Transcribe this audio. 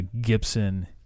Gibson